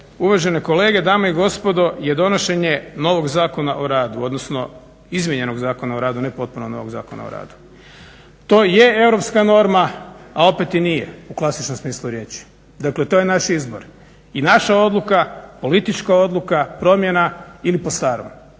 uvažene kolege, dame i gospodo je donošenje novog Zakona o radu, odnosno izmijenjenog Zakona o radu, ne potpuno novog Zakona o radu. To je europska norma, a opet i nije u klasičnom smislu riječi. Dakle, to je naš izbor i naša odluka, politička odluka, promjena ili po starom.